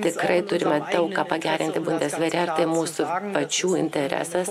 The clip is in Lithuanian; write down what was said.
tikrai turime daug ką pagerinti bundesvere ir tai mūsų pačių interesas